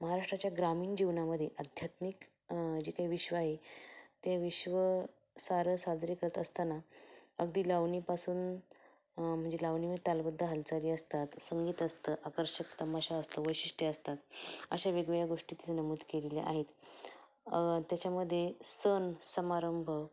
महाराष्ट्राच्या ग्रामीण जीवनामध्ये आध्यात्मिक जे काही विश्व आहे ते विश्व सारं साजरी करत असताना अगदी लावणीपासून म्हणजे लावणी मदे तालबद्ध हालचाली असतात संगीत असतं आकर्षक तमाशा असतो वैशिष्ट्यं असतात अशा वेगवेगळ्या गोष्टी तिथे नमूद केलेल्या आहेत त्याच्यामध्ये सण समारंभ